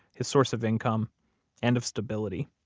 his source of income and of stability.